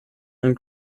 ein